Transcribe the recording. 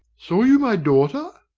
saw you my daughter?